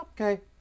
okay